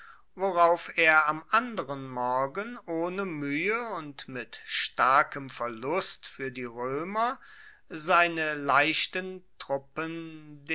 worauf er am anderen morgen ohne muehe und mit starkem verlust fuer die roemer seine leichten truppen